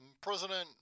President